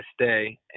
stay